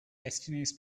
destinies